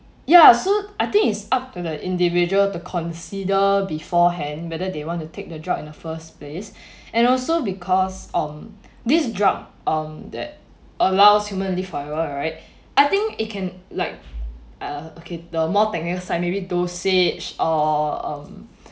ya so I think it's up to the individual to consider beforehand whether they want to take the drug in the first place and also because on this drug um that allows human live forever right I think it can like uh okay the more technical side maybe dosage or um